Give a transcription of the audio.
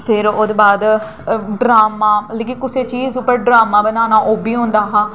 फ्ही ओह्दे बाद ड्रामा लेगी कुसै चीज उप्पर ड्रामा बनाना ओह् बी होंदा हा